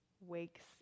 wakes